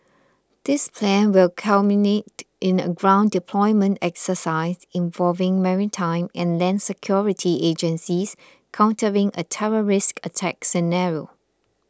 this plan will culminate in a ground deployment exercise involving maritime and land security agencies countering a terrorist attack scenario